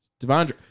Devondre